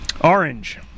Orange